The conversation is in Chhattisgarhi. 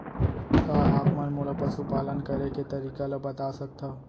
का आप मन मोला पशुपालन करे के तरीका ल बता सकथव?